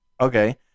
Okay